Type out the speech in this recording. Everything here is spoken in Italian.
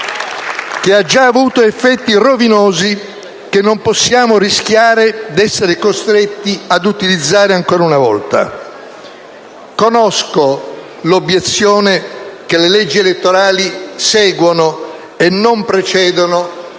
che ha già avuto effetti rovinosi e che non possiamo rischiare d'essere costretti ad utilizzare ancora una volta. Conosco l'obiezione che le leggi elettorali seguono e non precedono